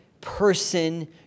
person